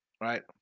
right